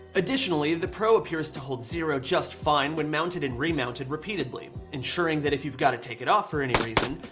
additionally, the pro appears to hold zero just fine when mounted and remounted repeatedly ensuring that if you've gotta take it off for any reason,